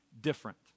different